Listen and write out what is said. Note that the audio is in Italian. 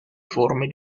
forme